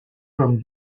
comme